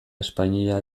espainia